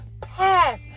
pass